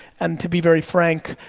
and to be very frank,